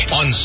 on